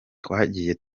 twagiye